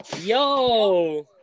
yo